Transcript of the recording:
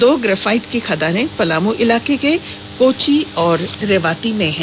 दो ग्रेफाइट की खदानें पलामू इलाके के कोची और रेवाती में हैं